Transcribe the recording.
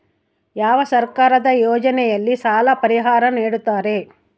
ಯಾವ ಸರ್ಕಾರದ ಯೋಜನೆಯಲ್ಲಿ ಸಾಲ ಪರಿಹಾರ ನೇಡುತ್ತಾರೆ?